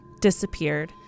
disappeared